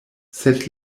sed